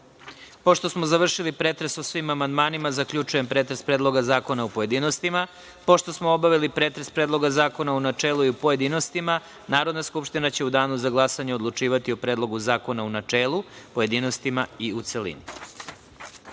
smo završili pretres o svim amandmanima, zaključujem pretres Predloga zakona u pojedinostima. Pošto smo obavili pretres Predloga zakona u načelu i u pojedinostima, Narodna skupština će u danu za glasanje odlučivati o Predlogu zakona u načelu, pojedinostima i u